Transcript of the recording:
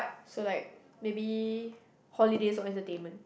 so like maybe holidays or entertainment